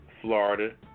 Florida